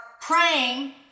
praying